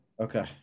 okay